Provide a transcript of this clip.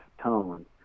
tone